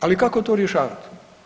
Ali kako to rješavati?